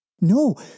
No